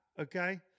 okay